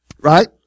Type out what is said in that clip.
right